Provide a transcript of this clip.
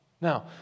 Now